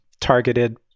targeted